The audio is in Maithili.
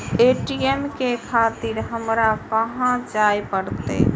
ए.टी.एम ले खातिर हमरो कहाँ जाए परतें?